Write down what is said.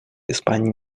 испании